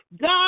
God